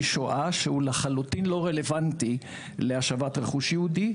שואה שהוא לחלוטין לא רלוונטי להשבת רכוש יהודי,